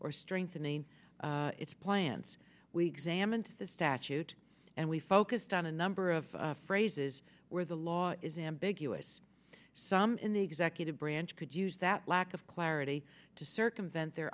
or strengthening its plants week zammit the statute and we focused on a number of phrases where the law is ambiguous some in the executive branch could use that lack of clarity to circumvent their